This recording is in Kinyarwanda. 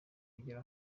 bigera